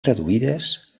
traduïdes